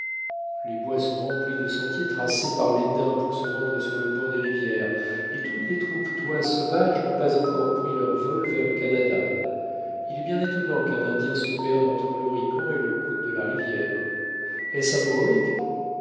les bois sont remplis de sentiers tracés par les daims pour se rendre sur le bord des rivières et toutes les troupes d'oies sauvages n'ont pas encore pris leur vol vers le canada il est bien étonnant qu'un indien se perde entre l'horican et le coude de la rivière est-ce un